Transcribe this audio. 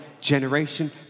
Generation